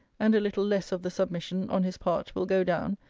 and a little less of the submission, on his part, will go down,